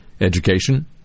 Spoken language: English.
Education